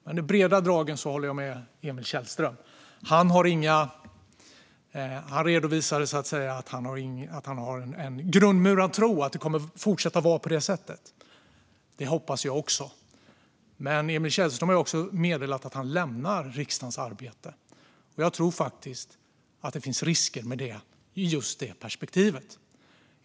Men i de breda dragen håller jag med Emil Källström. Han redovisade att han har en grundmurad tro på att det kommer att fortsätta att vara på det sättet. Det hoppas jag också. Emil Källström har också meddelat att han lämnar riksdagens arbete. Jag tror att det finns risker med det i just detta perspektiv.